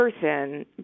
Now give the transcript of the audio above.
person